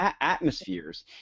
atmospheres